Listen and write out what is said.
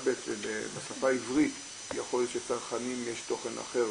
גם בשפה העברית יכול להיות שלצרכנים יש תוכן אחר,